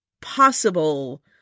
possible